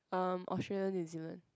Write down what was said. um Australia New-Zealand